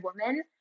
woman